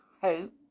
hope